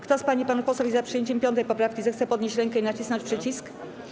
Kto z pań i panów posłów jest za przyjęciem 5. poprawki, zechce podnieść rękę i nacisnąć przycisk.